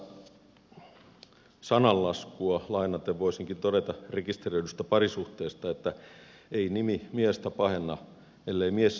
suomalaista sananlaskua lainaten voisinkin todeta rekisteröidystä parisuhteesta että ei nimi miestä pahenna ellei mies nimeä